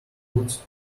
puts